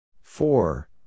Four